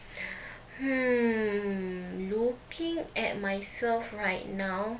hmm looking at myself right now